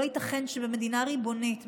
לא ייתכן שבמדינה ריבונית,